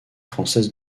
française